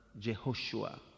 Jehoshua